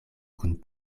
kun